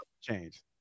change